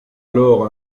alors